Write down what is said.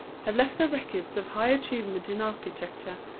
have left their records of high achievement in architecture,